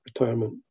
retirement